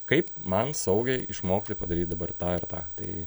kaip man saugiai išmokti padaryt dabar tą ir tą tai